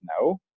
no